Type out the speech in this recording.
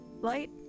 light